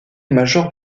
majeure